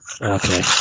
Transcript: Okay